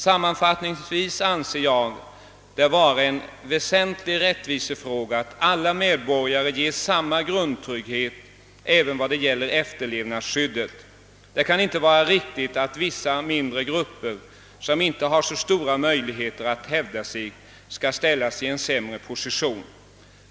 Sammanfattningsvis vill jag säga att jag anser det vara en väsentlig rättvisefråga att alla medborgare får samma grundtrygghet även när det gäller efterlevandeskyddet. Det kan inte vara riktigt att vissa mindre grupper som inte har så stora möjligheter att hävda sig ställs i en sämre position.